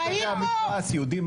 יהודים?